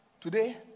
Today